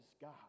God